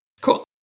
Cool